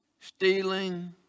stealing